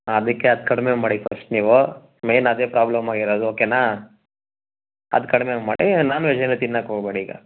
ಹಾಂ ಅದಕ್ಕೆ ಅದು ಕಡಿಮೆ ಮಾಡಿ ಫಸ್ಟ್ ನೀವು ಮೈನ್ ಅದೇ ಪ್ರಾಬ್ಲಮ್ ಆಗಿರೋದು ಓಕೆನಾ ಅದು ಕಡಿಮೆ ಮಾಡಿ ನಾನ್ ವೆಜ್ ಏನೂ ತಿನ್ನೋಕೆ ಹೋಗ್ಬೇಡಿ ಈಗ